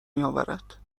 میاورد